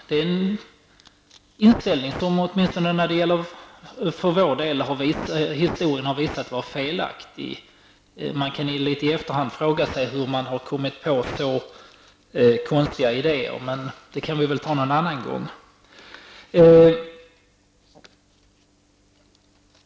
Historien har visat att denna vår inställning varit felaktig. Man kan i efterhand fråga sig hur man kommit på så konstiga idéer, men den diskussionen kan vi väl ta någon annan gång.